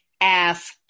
asked